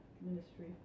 ministry